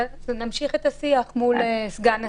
אנחנו ממשיכים את השיח מול סגן השר,